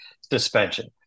suspension